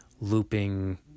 looping